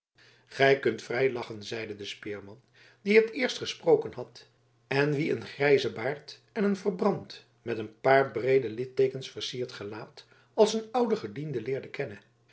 gij kunt vrij lachen zeide de speerman die het eerst gesproken had en wien een grijze baard en een verbrand met een paar breede litteekens versierd gelaat als een ouden gediende leerde kennen